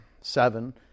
seven